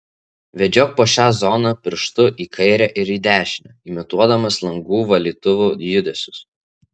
vedžiok po šią zoną pirštu į kairę ir į dešinę imituodamas langų valytuvų judesius